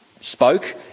spoke